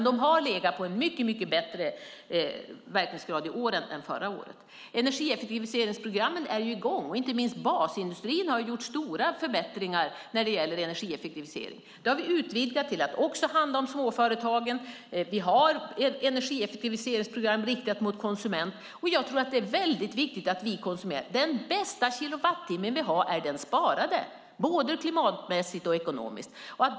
De har legat på en mycket bättre verkningsgrad i år än förra året. Energieffektiviseringsprogrammen är i gång. Inte minst basindustrin har gjort stora förbättringar när det gäller energieffektivisering. Det har vi utvidgat till att också handla om småföretagen. Vi har energieffektiviseringsprogram riktade mot konsumenterna. Den bästa kilowattimme vi har är den sparade, både klimatmässigt och ekonomiskt. Det är väldigt viktigt.